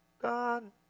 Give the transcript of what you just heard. God